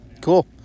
Cool